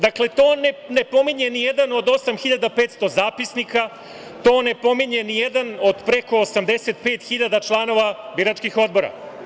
Dakle, to ne pominje ni jedan od 8.500 zapisnika, to ne pominje ni jedan od preko 85.000 članova biračkih odbora.